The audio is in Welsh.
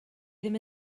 ddim